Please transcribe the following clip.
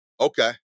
Okay